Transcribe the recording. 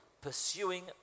pursuing